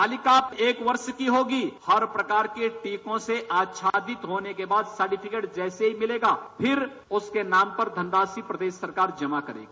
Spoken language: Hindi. बालिका एक वर्ष की होगी हर प्रकार के टीकों से अच्छादित होने के बाद सार्टीफिकेट जैसे ही मिलेगा फिर उसके नाम पर धनराशि प्रदेश सरकार जमा करेगी